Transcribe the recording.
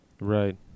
Right